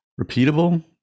repeatable